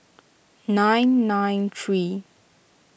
nine nine three